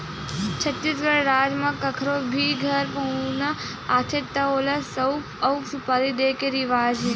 छत्तीसगढ़ राज म कखरो भी घर पहुना आथे त ओला सउफ अउ सुपारी दे के रिवाज हे